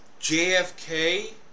JFK